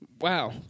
Wow